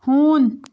ہوٗن